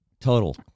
Total